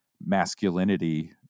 masculinity